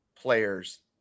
players